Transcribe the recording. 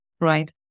Right